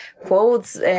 quotes